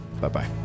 Bye-bye